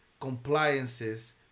compliances